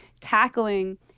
tackling